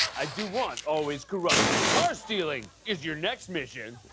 i do want, always, corruption. car stealing is your next mission.